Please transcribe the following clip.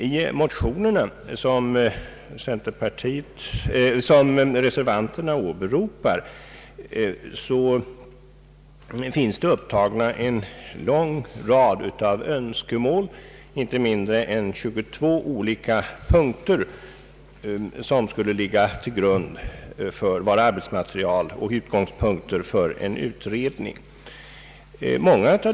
I motionerna, som reservanterna åberopar, finns upptagna en lång rad önskemål. Inte mindre än 22 olika punkter skulle vara arbetsmaterial och utgångspunkter för en utredning.